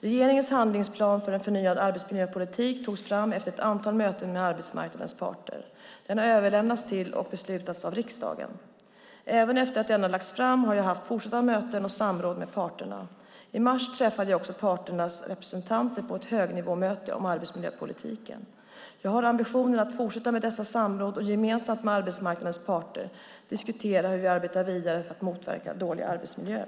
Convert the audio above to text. Regeringens handlingsplan för en förnyad arbetsmiljöpolitik togs fram efter ett antal möten med arbetsmarknadens parter. Den har överlämnats till och beslutats av riksdagen. Även efter att denna lagts fram har jag haft möten och samråd med parterna. I mars träffade jag också parternas representanter på ett högnivåmöte om arbetsmiljöpolitiken. Jag har ambitionen att fortsätta med dessa samråd och gemensamt med arbetsmarknadens parter diskutera hur vi arbetar vidare för att motverka dåliga arbetsmiljöer.